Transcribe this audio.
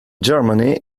germany